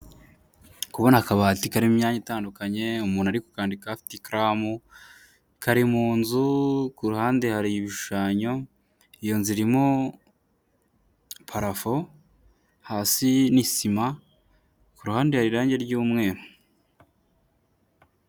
Kubona akabati karimo imyanya itandukanye, umuntu arii kukandikaho afite ikaramu. Kari mu nzu, ku ruhande hari ibishushanyo, iyo nzu irimo parafo, hasi ni sima, ku ruhande hari irange ry'umweru.